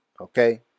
Okay